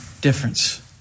difference